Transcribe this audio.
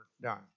done